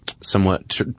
somewhat –